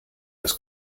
das